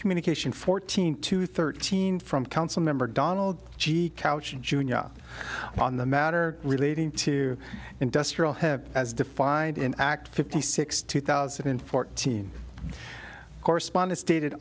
communication fourteen to thirteen from council member donald g couching jr up on the matter relating to industrial hemp as defined in act fifty six two thousand and fourteen correspondence dated